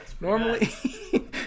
Normally